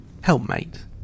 Helpmate